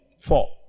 Four